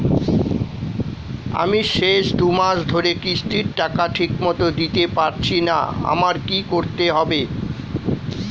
আমি শেষ দুমাস ধরে কিস্তির টাকা ঠিকমতো দিতে পারছিনা আমার কি করতে হবে?